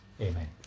amen